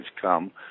come